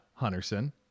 Hunterson